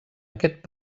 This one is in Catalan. aquest